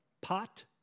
pot